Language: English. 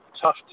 tough